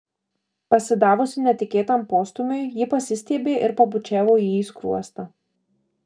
pasidavusi netikėtam postūmiui ji pasistiebė ir pabučiavo jį į skruostą